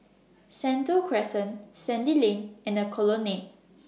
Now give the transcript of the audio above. Sentul Crescent Sandy Lane and Colonnade